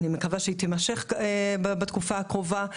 ואני מקווה שהיא תימשך בתקופה הקרובה,